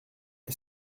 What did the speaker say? est